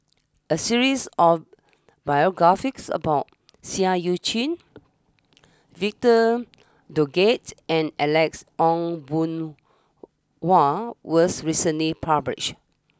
a series of about Seah Eu Chin Victor Doggett and Alex Ong Boon Hau was recently published